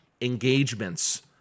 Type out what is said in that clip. engagements